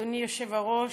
אדוני היושב-ראש.